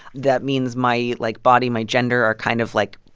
that means my, like, body, my gender are kind of, like,